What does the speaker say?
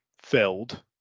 filled